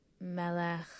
melech